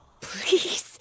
please